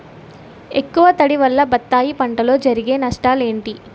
ఎక్కువ తడి వల్ల బత్తాయి పంటలో జరిగే నష్టాలేంటి?